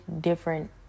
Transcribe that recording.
different